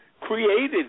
created